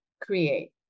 create